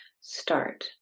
start